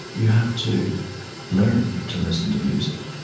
you have to learn to listen to music.